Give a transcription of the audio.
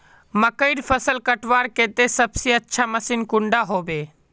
मकईर फसल कटवार केते सबसे अच्छा मशीन कुंडा होबे?